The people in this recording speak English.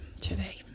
today